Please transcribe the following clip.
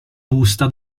busta